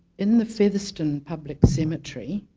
in the featherston public cemetery